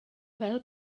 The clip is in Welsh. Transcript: fel